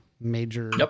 major